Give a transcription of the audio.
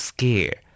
Scare